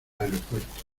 aeropuerto